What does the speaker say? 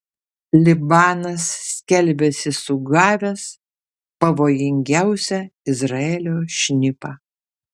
libanas skelbiasi sugavęs pavojingiausią izraelio šnipą